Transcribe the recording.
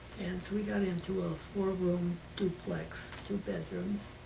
and we got into a four-room duplex, two bedrooms,